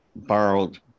borrowed